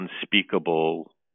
unspeakable